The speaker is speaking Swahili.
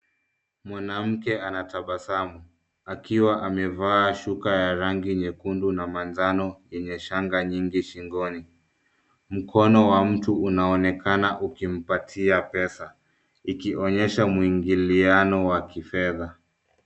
Mwanamke anatabasamu, akiwa amevaa shuka ya rangi nyekundu na manjano yenye shanga nyingi shingoni. Mkono wa mtu unaonekana ukimpatia pesa ikionyesha mwingiliano wa kifedha.